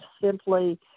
simply